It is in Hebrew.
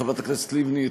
את חברת הכנסת לבני,